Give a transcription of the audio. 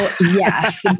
yes